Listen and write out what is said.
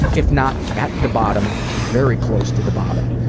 if not at the bottom, very close to the bottom,